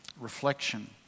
reflection